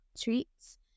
treats